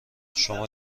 شما